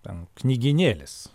ten knygynėlis